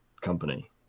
company